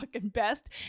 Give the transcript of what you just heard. best